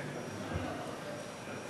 הצעה רגילה, אני מבין, גם לך עשר דקות.